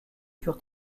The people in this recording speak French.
furent